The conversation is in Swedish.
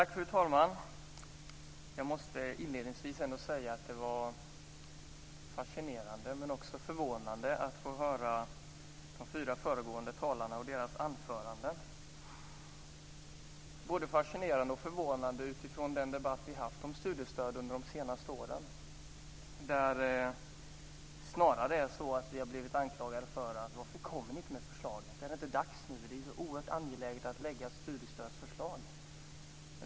Fru talman! Inledningsvis måste jag säga att det var fascinerande men också förvånande att höra de fyra föregående talarna och deras anföranden. Det var både fascinerande och förvånande utifrån den debatt om studiestöd som vi haft de senaste åren. Vi har ju snarare blivit anklagade för att inte komma med förslag. Är det inte dags nu? har man frågat. Det är ju så oerhört angeläget att lägga fram ett studiestödsförslag.